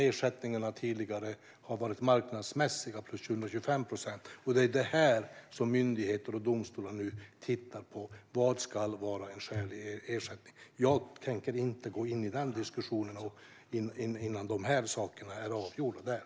Ersättningarna har tidigare varit marknadsmässiga på 125 procent, och det är detta som myndigheter och domstolar nu tittar på: Vad ska vara en skälig ersättning? Jag tänker inte gå in i den diskussionen innan dessa saker är avgjorda där.